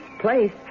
place